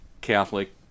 Catholic